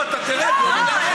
לא, נגמר לך